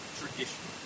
tradition